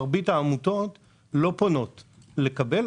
מרבית העמותות לא פונות לקבל,